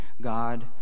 God